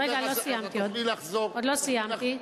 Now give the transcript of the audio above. רגע, עוד לא סיימתי.